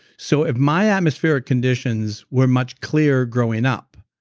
so if my atmospheric conditions were much clearer growing up,